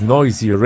noisy